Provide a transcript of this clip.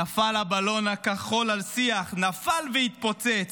נפל הבלון הכחול על שיח, נפל והתפוצץ.